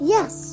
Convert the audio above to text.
Yes